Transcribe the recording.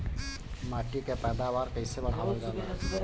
माटी के पैदावार कईसे बढ़ावल जाला?